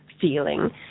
Feeling